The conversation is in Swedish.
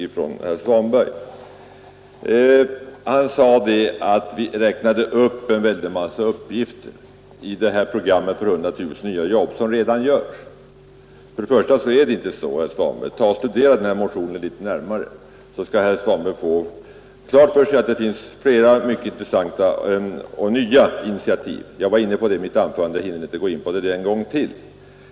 Herr Svanberg sade att vi räknade upp en massa saker i programmet för 100 000 nya jobb som redan görs. Så är det inte. Studera motionen litet närmare, så skall herr Svanberg få klart för sig att den innehåller många intressanta och nya initiativ. Jag var inne på det konkreta i mitt anförande och hinner inte gå in på det en gång till.